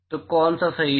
तो कौन सा सही है